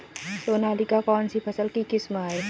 सोनालिका कौनसी फसल की किस्म है?